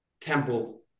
Temple